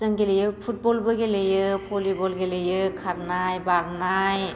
जों गेलेयो फुटबलबो गेलेयो भलिबल गेलेयो खारनाय बारनाय